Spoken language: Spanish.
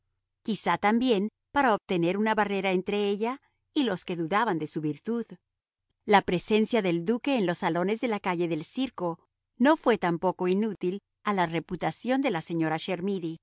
quizá también para oponer una barrera entre ella y los que dudaban de su virtud la presencia del duque en los salones de la calle del circo no fue tampoco inútil a la reputación de la señora